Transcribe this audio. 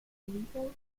illegal